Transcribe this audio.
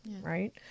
Right